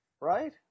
Right